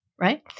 right